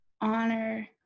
honor